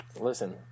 listen